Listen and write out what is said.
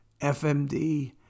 FMD